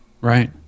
Right